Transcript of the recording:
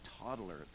toddler